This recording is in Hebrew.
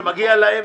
ומגיע להם.